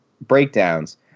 breakdowns